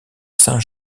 saint